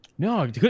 No